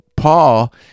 Paul